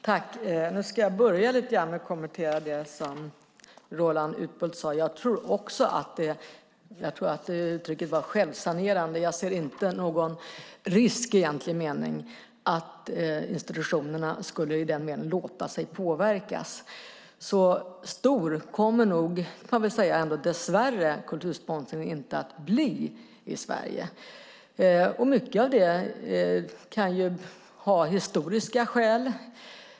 Fru talman! Jag ska börja med att kommentera det som Roland Utbult sade. Uttrycket var "självsanerande", men jag ser inte någon risk i egentlig mening att institutionerna skulle låta sig påverkas i den meningen. Så stor kommer nog kultursponsringen dess värre inte att bli i Sverige. Mycket av det kan ha historiska skäl.